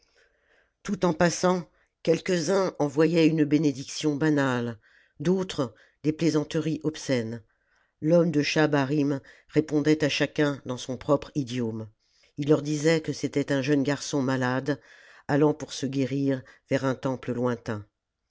tout en passant quelques-uns envoyaient une bénédiction banale d'autres des plaisanteries obscènes l'homme de schahabarim répondait à chacun dans son propre idiome ii leur disait que c'était un jeune garçon malade allant pour se guérir vers un temple lointain